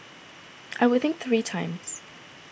I would think three times